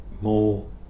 more